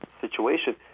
situation